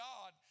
God